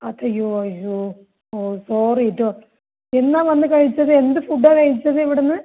അതെയോ അയ്യോ ഓഹ് സോറി കേട്ടോ എന്നാണ് വന്ന് കഴിച്ചത് എന്ത് ഫുഡ്ഡാണ് കഴിച്ചത് ഇവിടെ നിന്ന്